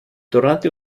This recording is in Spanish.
durante